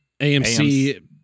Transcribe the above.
AMC